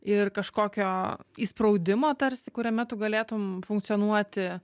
ir kažkokio įspraudimo tarsi kuriame tu galėtum funkcionuoti